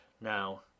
now